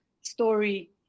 story